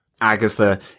Agatha